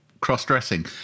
Cross-dressing